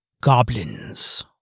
goblins